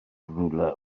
rhywle